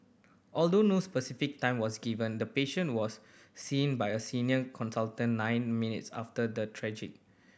although no specific time was given the patient was seen by a senior consultant nine minutes after the triage